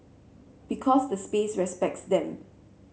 because the space respects them